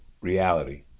reality